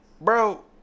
bro